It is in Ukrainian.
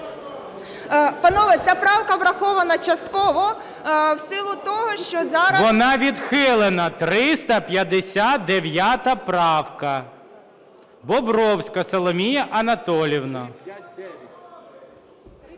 Панове, ця правка врахована частково в силу того, що… ГОЛОВУЮЧИЙ. Вона відхилена. 359 правка, Бобровська Соломія Анатоліївна.